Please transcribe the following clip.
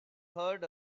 heard